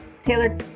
taylor